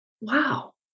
wow